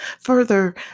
Further